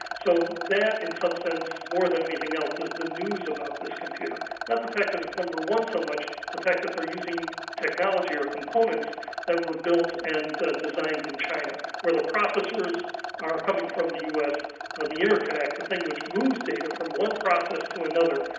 so that in some sense, more than anything else, is the news about this computer, not the fact that it's number one so much, the fact that they're using technology or components that were built and designed in china, where the processors are coming from the us but ah the interconnect, the thing which moves data from one process to another,